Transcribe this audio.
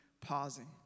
pausing